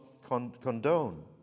condone